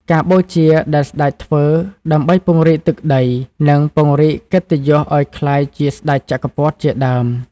ការបូជាដែលស្ដេចធ្វើដើម្បីពង្រីកទឹកដី និងពង្រីកកិត្តិយសឱ្យក្លាយជា ស្ដេចចក្រពត្តិ ជាដើម។